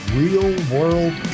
real-world